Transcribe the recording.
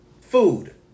food